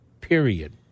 period